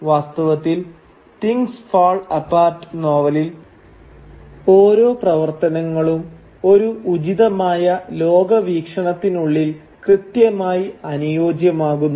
വാസ്തവത്തിൽ things fall apart നോവലിൽ ഓരോ പ്രവർത്തനങ്ങളും ഒരു ഉചിതമായ ലോകവീക്ഷണത്തിനുള്ളിൽ കൃത്യമായി അനുയോജ്യമാകുന്നു